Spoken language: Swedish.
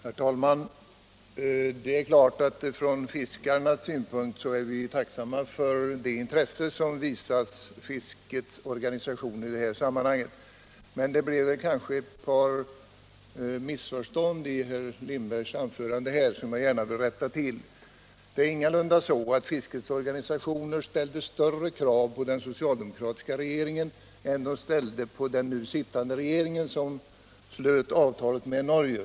Herr talman! Det är klart att vi från fiskarnas synpunkt är tacksamma för det intresse som visats fiskets organisationer i det här sammanhanget. Men det blev kanske ett par missförstånd genom herr Lindbergs anförande, som jag gärna vill rätta till. Det är ingalunda så att fiskets organisationer ställde större krav på den socialdemokratiska regeringen än de ställde på den nu sittande regeringen, som slöt avtalet med Norge.